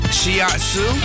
Shiatsu